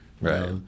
right